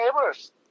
neighbors